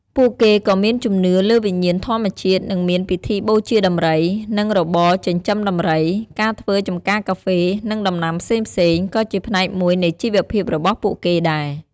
ពួកគេក៏មានជំនឿលើវិញ្ញាណធម្មជាតិ និងមានពិធីបូជាដំរី និងរបរចិញ្ចឹមដំរី ការធ្វើចម្ការកាហ្វេ និងដំណាំផ្សេងៗ ក៏ជាផ្នែកមួយនៃជីវភាពរបស់ពួកគេដែរ។